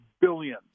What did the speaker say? billion